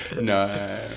No